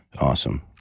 awesome